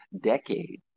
decade